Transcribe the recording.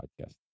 Podcast